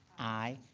aye.